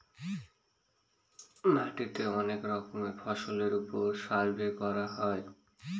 মাটিতে অনেক রকমের ফসলের ওপর সার্ভে করা হয়